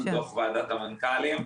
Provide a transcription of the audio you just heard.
דוח ועדת המנכ"לים,